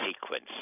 sequence